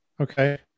Okay